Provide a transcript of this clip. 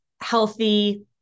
healthy